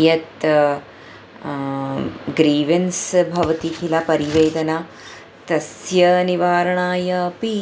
यत् ग्रीवेन्स् भवति किल परिवेदना तस्य निवारणाय अपि